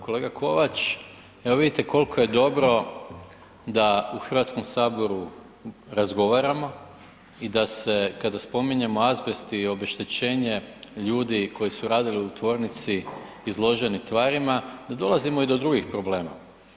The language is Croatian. Kolega Kovač evo vidite koliko je dobro da u Hrvatskom saboru razgovaramo i da se kada spominjemo azbest i obeštećenje ljudi koji su radili u tvornici izloženi tvarima da dolazimo i do drugih problema.